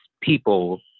people